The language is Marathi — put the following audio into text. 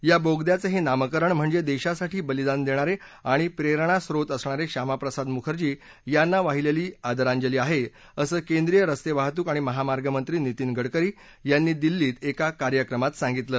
या बोगद्याचं हे नामकरण म्हणजे देशासाठी बलिदान देणारे आणि प्रेरणास्रोत असणारे श्यामाप्रसाद मुखर्जी यांना वाहिलेली आदरांजली आहे असं केंद्रीय रस्तेवाहतूक आणि महामार्गमंत्री नीतीन गडकरी यांनी दिल्लीमध्ये एका कार्यक्रमात सांगितलं